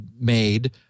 made